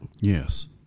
yes